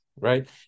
right